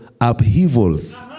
upheavals